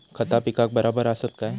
खता पिकाक बराबर आसत काय?